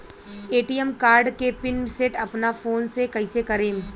ATM card के PIN set अपना phone से कइसे करेम?